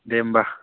दे होनबा